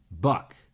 BUCK